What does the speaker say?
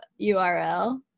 URL